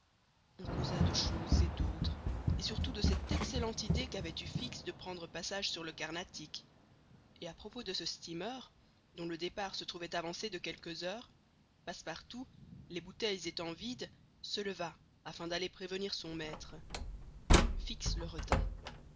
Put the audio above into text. on causa de choses et d'autres et surtout de cette excellente idée qu'avait eue fix de prendre passage sur le carnatic et à propos de ce steamer dont le départ se trouvait avancé de quelques heures passepartout les bouteilles étant vides se leva afin d'aller prévenir son maître fix le retint